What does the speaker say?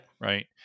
Right